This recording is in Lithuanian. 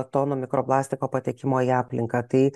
tonų mikroplastiko patekimo į aplinką tai